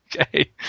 Okay